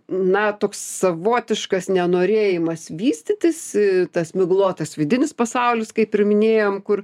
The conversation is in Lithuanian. na toks savotiškas nenorėjimas vystytis tas miglotas vidinis pasaulis kaip ir minėjom kur